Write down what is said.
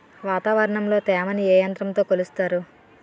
వాతావరణంలో తేమని ఏ యంత్రంతో కొలుస్తారు?